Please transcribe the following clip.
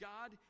God